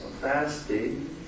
Fasting